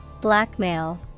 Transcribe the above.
Blackmail